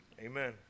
Amen